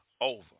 over